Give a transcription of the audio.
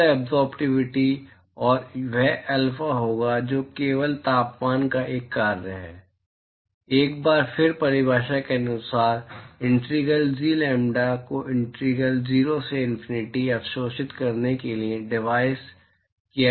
कुल एब्ज़ोर्बटिविटी और वह अल्फा होगा जो केवल तापमान का एक कार्य है एक बार फिर परिभाषा के अनुसार इंटीग्रल जी लैम्ब्डा को इंटीग्रल 0 से इनफिनिटी अवशोषित करने के लिए डवाइड किया जाएगा